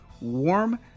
warm